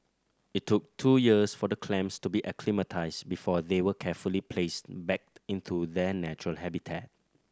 it took two years for the clams to be acclimatised before they were carefully placed back into their natural habitat